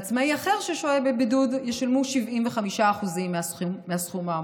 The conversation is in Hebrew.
לעצמאי אחר ששוהה בבידוד ישולמו 75% מהסכום האמור.